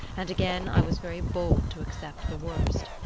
and again i was very bold to accept the worst.